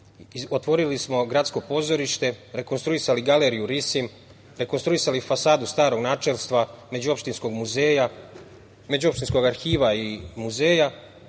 otvorili smo Gradsko pozorište, rekonstruisali galeriju „Risim“, rekonstruisali fasadu starog načelstva, međuopštinskog arhiva i muzeja,